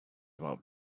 about